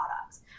products